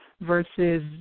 versus